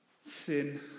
sin